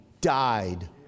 died